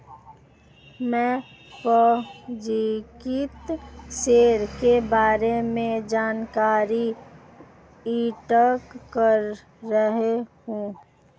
मैं पंजीकृत शेयर के बारे में जानकारी इकट्ठा कर रहा हूँ